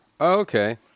okay